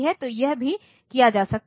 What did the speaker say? तो यह भी किया जा सकता है